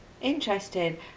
interesting